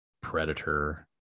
Predator